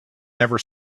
never